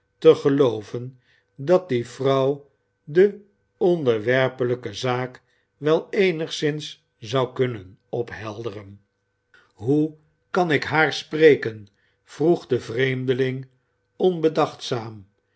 te gelooven dat die vrouw de onderwerpelijke zaak wel eenigszins zou kunnen ophelderen hoe kan ik haar spreken vroeg de vreemdeling onbedachtzaam